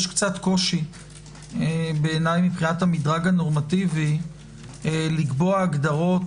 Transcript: יש קצת קושי בעיניי מבחינת המדרג הנורמטיבי לקבוע הגדרות